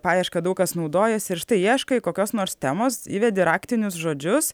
paieška daug kas naudojasi ir štai ieškai kokios nors temos įvedi raktinius žodžius